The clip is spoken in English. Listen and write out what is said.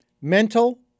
mental